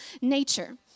nature